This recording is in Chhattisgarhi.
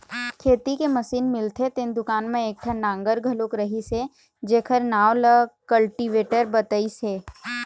खेती के मसीन मिलथे तेन दुकान म एकठन नांगर घलोक रहिस हे जेखर नांव ल कल्टीवेटर बतइस हे